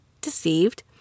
deceived